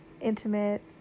intimate